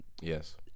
yes